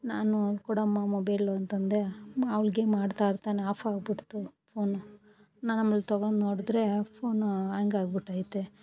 ನಾನು ಕೂಡ ಮೊಬೈಲು ಅಂತ ಅಂದೆ ಅವ್ಳು ಗೇಮ್ ಆಡ್ತಾ ಆಡ್ತನೆ ಆಫ್ ಆಗಿಬಿಡ್ತು ಫೋನು ನಾ ಆಮೇಲೆ ತಗೊಂಡ್ ನೋಡಿದರೆ ಫೋನು ಆ್ಯಂಗ್ ಆಗಿಬಿಟೈತೆ